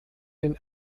den